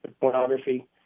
pornography